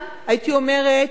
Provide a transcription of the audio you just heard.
הייתי אומרת,